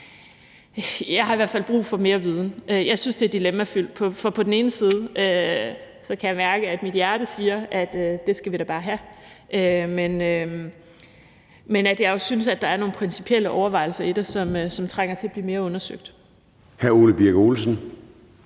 jeg har i hvert fald brug for noget mere viden. Jeg synes, det er dilemmafyldt, for på den ene side kan jeg mærke, at mit hjerte siger, at det skal vi da bare have, men jeg synes også, at der er nogle principielle overvejelser i det, som trænger til at blive mere undersøgt.